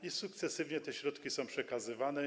I sukcesywnie te środki są przekazywane.